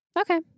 Okay